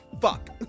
fuck